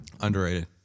Underrated